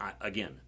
again